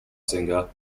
singer